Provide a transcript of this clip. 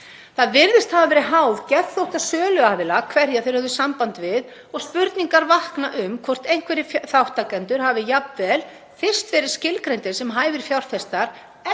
Það virðist hafa verið háð geðþótta söluaðila hverja þeir höfðu samband við og spurningar vakna um hvort einhverjir þátttakendur hafi jafnvel fyrst verið skilgreindir sem hæfir fjárfestar eftir